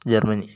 Germany